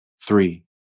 Three